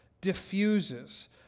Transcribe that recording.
diffuses